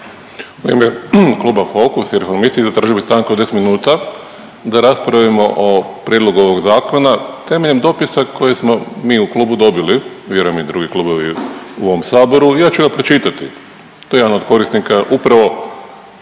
U ime Kluba Fokus i reformisti zatražili stanku od 10 minuta da raspravimo o prijedlogu ovog zakona temeljem dopisa koji smo mi u klubu dobili, vjerujem i drugi klubovi u ovom saboru i ja ću ga pročitati. To je jedan od korisnika upravo